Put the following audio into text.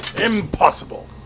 Impossible